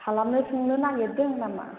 खालामनो सोंनो नागेरदों ना मा